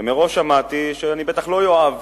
ומראש אמרתי שאני בטח לא אוהב